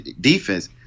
defense